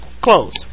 close